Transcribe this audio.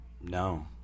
No